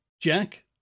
Jack